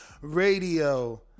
Radio